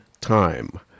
Time